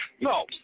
No